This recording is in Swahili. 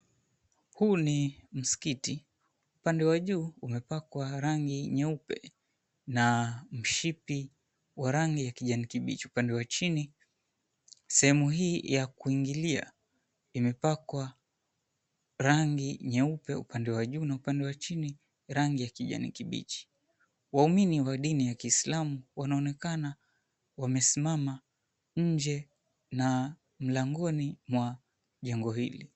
Huu ni msikiti. Upande wa juu kumepakwa rangi nyeupe na mshipi wa rangi ya kijani kibichi upande wa chini. Sehemu hii ya kuingilia imepakwa rangi nyeupe upande wa juu, na upande wa chini rangi ya kijani kibichi. Waumini wa dini ya kiislamu wanaonekana wamesimama nje na mlangoni mwa jengo hili.